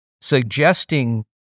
suggesting